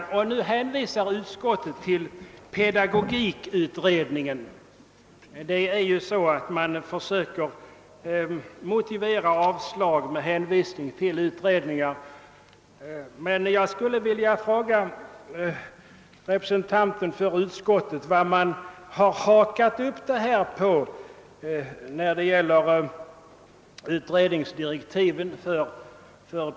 Nu hänvisar utskottet till pedagogikutredningen; man brukar ju motivera avslagsyrkanden med hänvisning till utredningar. Men jag skulle vilja fråga utskottets talesman vilken punkt i direktiven för pedagogikutredningen man hakat upp detta på.